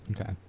Okay